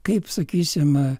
kaip sakysim